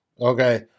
Okay